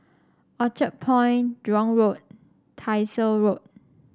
Orchard Point Jurong Road Tyersall Road